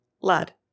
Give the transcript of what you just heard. Lad